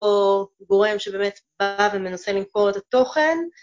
או גורם שבאמת בא ומנסה למכור את התוכן.